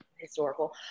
historical